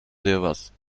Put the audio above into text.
devas